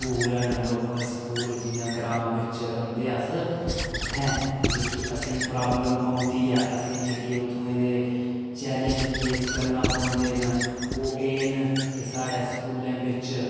school न local school न जियां ग्रांऽ बिच्च रौंह्दे अस उत्थें जेह्की असेंगी प्राब्लम औंदी ऐ असेंगी जेह्के उत्थुआं दे चेलैंज फेस करना पौंदे न ओह् एह् न कि साढ़े स्कूलें बिच्च